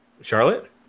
Charlotte